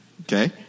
Okay